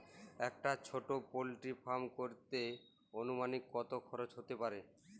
একটা ছোটো poultry farm করতে আনুমানিক কত খরচ কত হতে পারে?